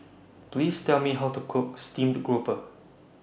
Please Tell Me How to Cook Steamed Grouper